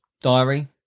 diary